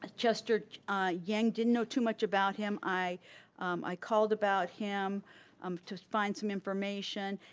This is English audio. ah chester yang, didn't know too much about him. i i called about him um to find some information.